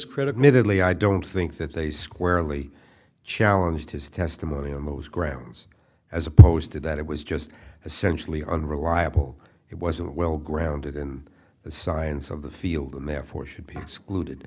middling i don't think that they squarely challenge his testimony on those grounds as opposed to that it was just a sensually unreliable it wasn't well grounded in the science of the field and therefore should be excluded